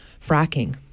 fracking